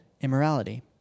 immorality